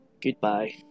Goodbye